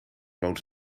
woont